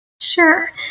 Sure